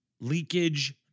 leakage